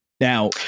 Now